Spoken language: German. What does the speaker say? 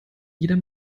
jeder